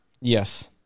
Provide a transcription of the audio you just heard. Yes